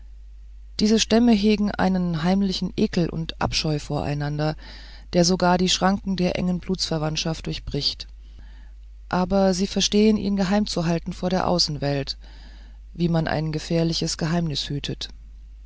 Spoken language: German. diese stämme hegen einen heimlichen ekel und abscheu voreinander der sogar die schranken der engen blutsverwandtschaft durchbricht aber sie verstehen ihn geheimzuhalten vor der außenwelt wie man ein gefährliches geheimnis hütet